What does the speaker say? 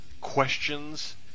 questions